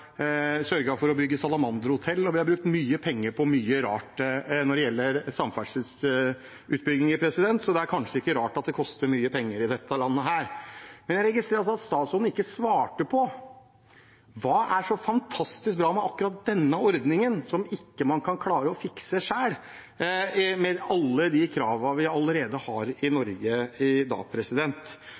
for å bygge salamanderhotell. Vi har brukt mye penger på mye rart når det gjelder samferdselsutbygginger, så det er kanskje ikke rart at det koster mye penger i dette landet. Jeg registrerer at statsråden ikke svarte på hva som er så fantastisk bra med akkurat denne ordningen, som man ikke kan klare å fikse selv med alle de kravene vi allerede har i Norge i dag.